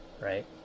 right